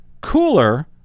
cooler